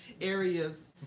areas